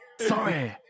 Sorry